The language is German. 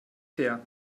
fair